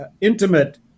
intimate